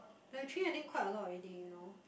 thirty three I think quite a lot already you know